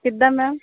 ਕਿੱਦਾਂ ਮੈਮ